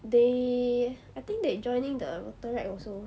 they I think they joining the retroact also